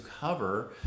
cover